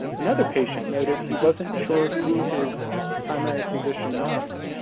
another patient noted he wasn't sure who his primary physician was.